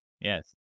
yes